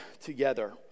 together